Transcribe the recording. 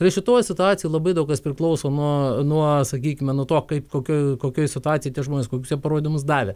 ir šitoj situacijoj labai daug kas priklauso nuo nuo sakykime nuo to kaip kokioj kokioj situacijoj tie žmonės kokius jie parodymus davė